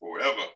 forever